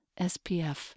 SPF